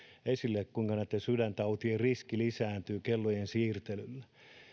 esille kuinka näitten sydäntautien riski lisääntyy kellojen siirtelyllä